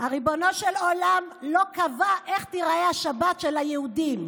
ריבונו של עולם לא קבע איך תיראה השבת של היהודים.